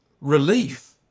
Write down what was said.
relief